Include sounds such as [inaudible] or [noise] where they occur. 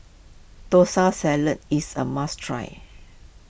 [unintelligible] Salad is a must try